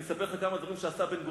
אני אספר לך כמה דברים שעשה בן-גוריון,